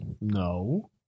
No